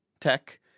tech